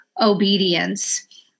obedience